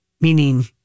Meaning